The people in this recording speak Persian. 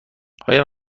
آیا